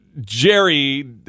Jerry